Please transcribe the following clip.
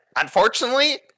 unfortunately